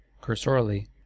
cursorily